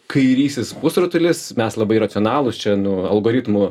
kairysis pusrutulis mes labai racionalūs čia nu algoritmų